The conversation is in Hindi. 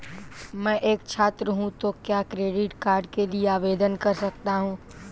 मैं एक छात्र हूँ तो क्या क्रेडिट कार्ड के लिए आवेदन कर सकता हूँ?